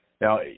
Now